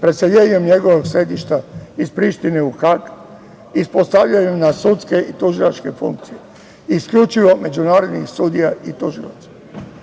preseljenjem njegovog sedišta iz Prištine u Hag, i postavljanjem na sudske i tužilačke funkcije isključivo međunarodnih sudija i tužilaca.